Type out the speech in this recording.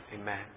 Amen